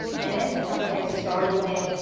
and into something startling,